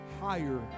higher